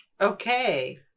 Okay